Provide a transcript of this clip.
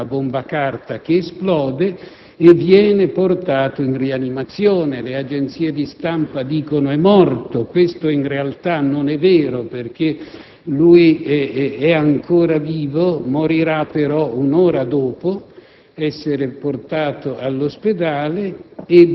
ne viene colpito (perché in realtà è una bomba carta che esplode) e viene portato in rianimazione. Le agenzie di stampa dicono che è morto, ma in realtà non è vero, perché egli è ancora vivo e morirà un'ora dopo